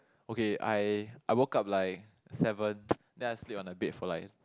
okay I I woke up like seven then I sleep on the bed like